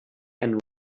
and